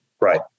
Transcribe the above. Right